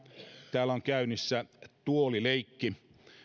täällä on käynnissä tuolileikki